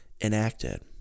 enacted